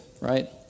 right